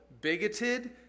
bigoted